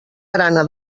grana